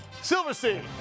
Silverstein